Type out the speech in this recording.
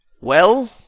Well